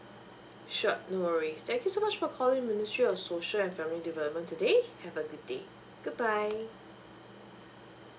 sure no worries thank you so much for calling ministry of social and family development today have a good day goodbye